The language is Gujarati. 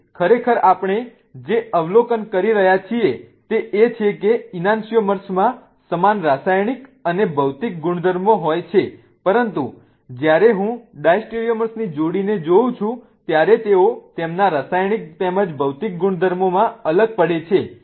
તેથી ખરેખર આપણે જે અવલોકન કરી રહ્યા છીએ તે એ છે કે ઈનાન્સિઓમર્સમાં સમાન રાસાયણિક અને ભૌતિક ગુણધર્મો હોય છે પરંતુ જ્યારે હું ડાયસ્ટેરિયોમર્સની જોડીને જોઉં છું ત્યારે તેઓ તેમના રાસાયણિક તેમજ ભૌતિક ગુણધર્મોમાં અલગ પડે છે